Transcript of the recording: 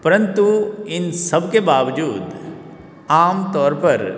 परन्तु इन सबके बावजूद आमतौर पर